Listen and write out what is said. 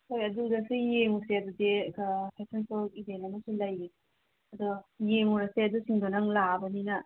ꯍꯣꯏ ꯑꯗꯨꯗꯁꯨ ꯌꯦꯡꯉꯨꯁꯦ ꯑꯗꯨꯗꯤ ꯐꯦꯁꯟ ꯁꯣ ꯏꯕꯦꯟ ꯑꯃꯁꯨ ꯂꯩꯌꯦ ꯑꯗꯣ ꯌꯦꯡꯉꯨꯔꯁꯦ ꯑꯗꯨꯁꯤꯡꯗꯣ ꯅꯪ ꯂꯥꯛꯑꯕꯅꯤꯅ